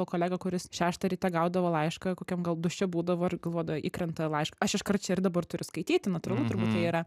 kolegą kuris šeštą ryte gaudavo laišką kokiam gal duše būdavo ir galvodavo įkrenta laišką aš iškart čia ir dabar turi skaityti natūralu turbūt tai yra